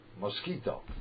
mosquito